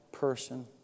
person